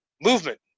movement